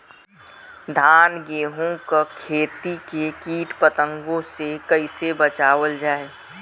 धान गेहूँक खेती के कीट पतंगों से कइसे बचावल जाए?